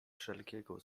wszelkiego